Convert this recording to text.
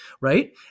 right